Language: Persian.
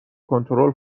کنترل